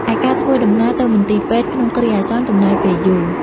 ឯការធ្វើដំណើរទៅមន្ទីរពេទ្យក្នុងគ្រាអាសន្នចំណាយពេលយូរ។